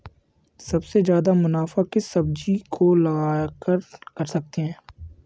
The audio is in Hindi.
सबसे ज्यादा मुनाफा किस सब्जी को उगाकर कर सकते हैं?